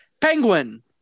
Penguin